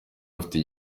bafite